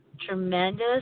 tremendous